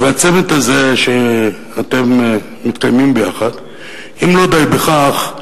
והצמד הזה שאתם מתקיימים ביחד אם לא די בכך,